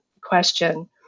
question